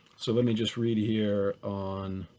so let me just read here on